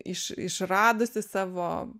iš išradusi savo